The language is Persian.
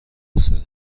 بسه